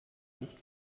nicht